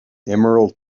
emerald